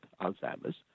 Alzheimer's